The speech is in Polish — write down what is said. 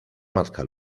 matka